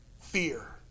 fear